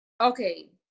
Okay